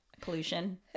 pollution